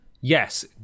Yes